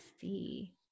see